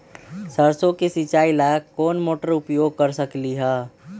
सरसों के सिचाई ला कोंन मोटर के उपयोग कर सकली ह?